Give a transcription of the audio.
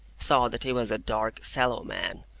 saw that he was a dark sallow man,